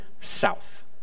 south